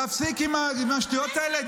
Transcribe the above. להפסיק עם השטויות האלה.